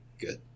good